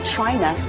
China